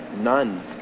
none